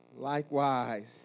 Likewise